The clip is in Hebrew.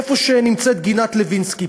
איפה שנמצאת גינת-לוינסקי.